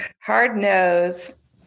hard-nosed